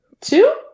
Two